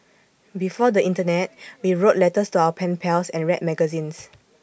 before the Internet we wrote letters to our pen pals and read magazines